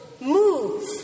move